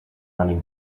running